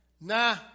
nah